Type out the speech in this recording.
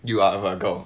you are a virgo